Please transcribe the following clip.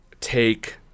take